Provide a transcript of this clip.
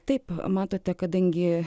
taip matote kadangi